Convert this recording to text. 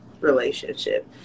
relationship